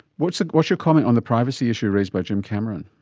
what's what's your comment on the privacy issue raised by jim cameron?